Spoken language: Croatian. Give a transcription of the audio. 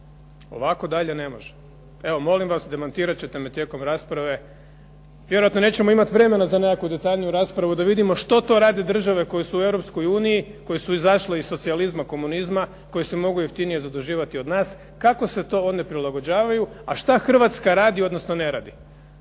Ovako dalje ne može. Evo molim vas demantirat ćete me tijekom rasprave, vjerojatno nećemo imati vremena za nekakvu detaljniju raspravu da vidimo što to rade države koje su u Europskoj uniji, koje su izašle iz socijalizma, komunizma, koje se mogu jeftinije zaduživati od nas, kako se to one prilagođavaju, a šta Hrvatska radi, odnosno ne radi.